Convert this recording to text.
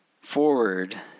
forward